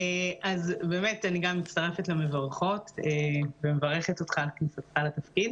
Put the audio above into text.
אז באמת אני גם מצטרפת לברכות ומברכת אותך על כניסתך לתפקיד.